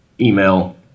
email